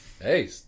Hey